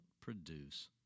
produce